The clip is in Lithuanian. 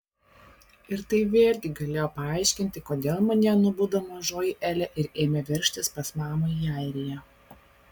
ir tai vėlgi galėjo paaiškinti kodėl manyje nubudo mažoji elė ir ėmė veržtis pas mamą į airiją